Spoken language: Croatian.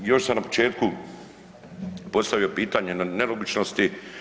Još sam na početku postavio pitanje na nelogičnosti.